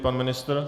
Pan ministr?